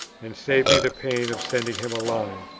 and save me the pain of sending him a line.